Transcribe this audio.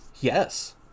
Yes